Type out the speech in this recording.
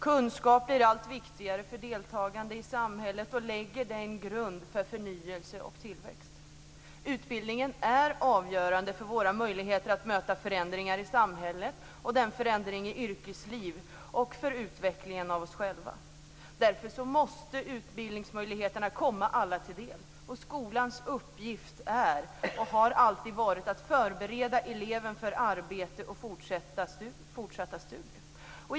Kunskap blir allt viktigare för deltagande i samhället och lägger grunden för förnyelse och tillväxt. Utbildningen är avgörande för våra möjligheter att möta förändringar i samhället och i yrkeslivet samt när det gäller utvecklingen av oss själva. Därför måste utbildningsmöjligheterna komma alla till del. Skolans uppgift är, och har alltid varit, att förbereda eleven för arbete och fortsatta studier.